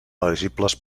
elegibles